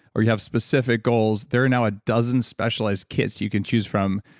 or you have specific goals, there are now a dozen specialized kits you can choose from.